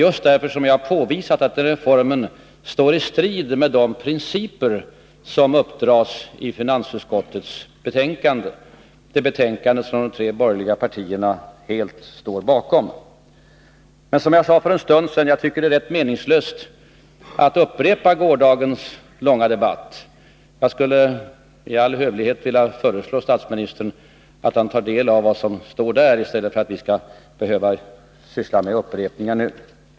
Just därför har jag påvisat att reformen står i strid med de principer som uppdras i finansutskottets betänkande, det betänkande som de tre borgerliga partierna helt står bakom. Som jag sade för en stund sedan tycker jag att det är rätt meningslöst att upprepa gårdagens långa debatt. Jag skulle i all hövlighet vilja föreslå statsministern att han tar del av protokollet från gårdagen i stället för att vi skall behöva syssla med upprepningar nu.